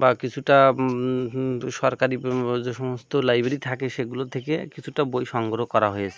বা কিছুটা সরকারি যে সমস্ত লাইব্রেরি থাকে সেগুলো থেকে কিছুটা বই সংগ্রহ করা হয়েছে